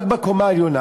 רק בקומה העליונה.